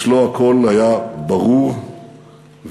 אצלו הכול היה ברור ונהיר.